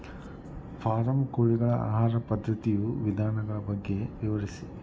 form ಕೋಳಿಗಳ ಆಹಾರ ಪದ್ಧತಿಯ ವಿಧಾನಗಳ ಬಗ್ಗೆ ವಿವರಿಸಿ